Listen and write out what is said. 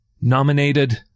nominated